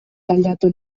tagliato